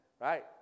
right